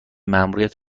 مأموریت